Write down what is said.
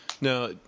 Now